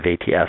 ATS